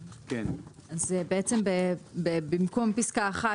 במקום פסקה (1)